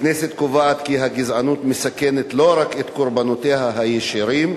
הכנסת קובעת כי הגזענות מסכנת לא רק את קורבנותיה הישירים,